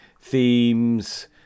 themes